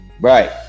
Right